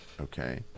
Okay